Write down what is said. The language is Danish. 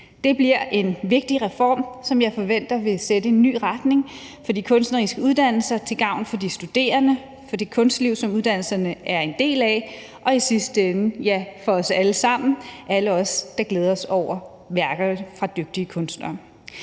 Det bliver en vigtig reform, som jeg forventer vil sætte en ny retning for de kunstneriske uddannelser, til gavn for de studerende, for det kunstliv, som uddannelserne er en del af, og i sidste ende, ja, for os alle sammen – alle os, der glæder os over værkerne af dygtige kunstnere.